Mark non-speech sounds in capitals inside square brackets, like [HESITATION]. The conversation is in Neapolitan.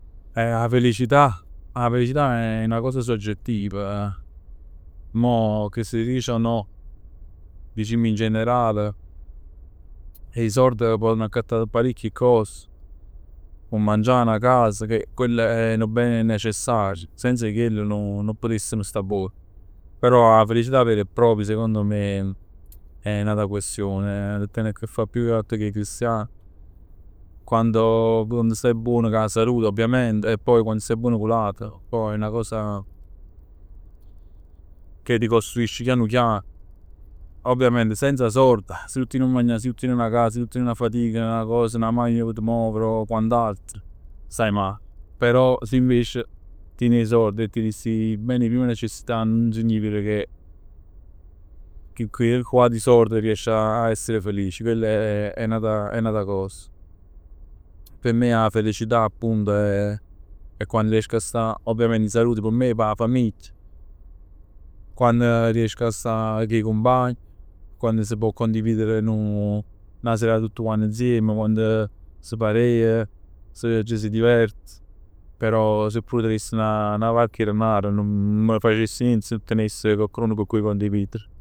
Eh [HESITATION] 'a felicità. 'A felicità è 'na cosa soggettiv, mo che si dice o no dicimm in general 'e sord ponn accattà parecchie cos, 'o mangià, 'na casa, che quella è nu bene necessario. Senza 'e chell nun putessem sta buon. Però 'a felicità vera e propria secondo me è n'ata questione. Ten a che fà più che altro cu 'e cristian. Quando [HESITATION] quando staje buon cu 'a salute ovviamente e poi quando staje buon cu l'ate poi è 'na cosa che ricostruisci chian chian. Ovviamente senza sord, si nun tien 'o magnà, si nun tien 'na cas, si nun tien 'na fatic, 'na cos, 'na machin p' t' movere o quant'altro staje male. Però se invece tien 'e sord e tien sti ben 'e prima necessità nun significa che, che che cu 'ati sord riesc a essere felici. Chest è, chest è n'ata cos, p' me 'a felicità appunto è [HESITATION] è quando riesco a sta in salute ovviamente p' me, p' 'a famiglia, quann riesco a sta cu 'e cumpagn. Quando s' pò condividere nu, [HESITATION] 'na serata tutt quant insieme, quando s' parea, ci si diverte. Però se pure teness 'na barc 'e denar nun me ne facess nient si nun teness cocched'un con cui condividere.